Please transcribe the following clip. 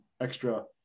extra